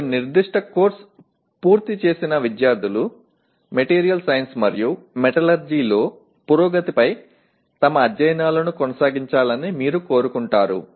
ఒక నిర్దిష్ట కోర్సు పూర్తి చేసిన విద్యార్థులు మెటీరియల్ సైన్స్ మరియు మెటలర్జీలో పురోగతిపై తమ అధ్యయనాలను కొనసాగించాలని మీరు కోరుకుంటారు